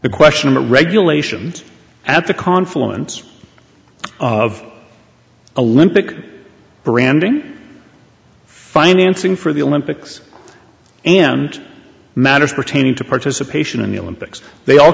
the question of the regulations at the confluence of a limbic branding financing for the olympics and matters pertaining to participation in the olympics they all